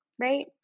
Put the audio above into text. right